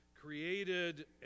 created